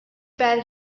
bad